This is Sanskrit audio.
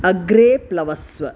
अग्रे प्लवस्व